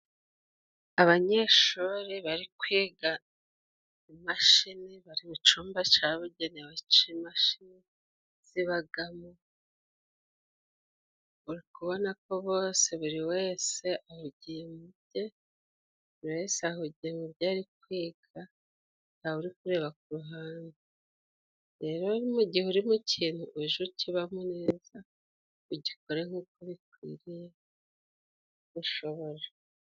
Abanyeshuri bari kwiga imashini, bari mu cumba cabugenewe c'imashini zibagamo, uri kubona ko bose buri wese ahugiye mu bye, buri wese ahugiye mu byo ari kwiga, ntawe uri kureba ku ruhande. Rero mu gihe uri mu kintu uje ukibamo neza, ugikore nk'uko bikwiriye, ushobora.